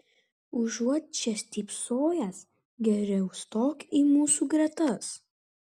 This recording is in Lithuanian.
užuot čia stypsojęs geriau stok į mūsų gretas